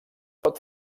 pot